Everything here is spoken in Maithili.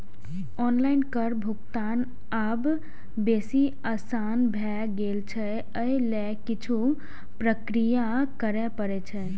आनलाइन कर भुगतान आब बेसी आसान भए गेल छै, अय लेल किछु प्रक्रिया करय पड़ै छै